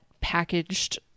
packaged